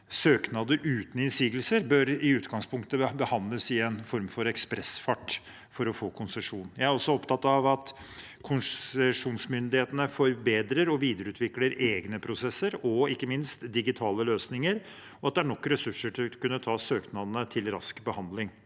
søknader uten innsigelser i utgangspunktet bør behandles i en form for ekspressfart for å få konsesjon. Jeg er også opptatt av at konsesjonsmyndighetene forbedrer og videreutvikler egne prosesser og ikke minst digitale løsninger, og at det er nok ressurser til å kunne ta søknadene til rask behandling.